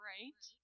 Right